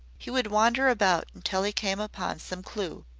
he would wander about until he came upon some clew.